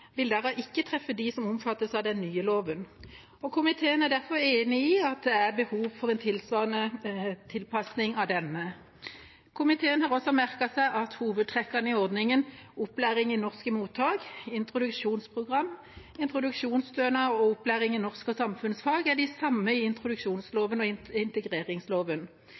vil derav ikke treffe de som omfattes av den nye loven. Komiteen er derfor enig i at det er behov for en tilsvarende tilpasning etter denne. Komiteen har også merket seg at hovedtrekkene i ordningene opplæring i norsk i mottak, introduksjonsprogram, introduksjonsstønad og opplæring i norsk og samfunnsfag er de samme i introduksjonsloven og i integreringsloven,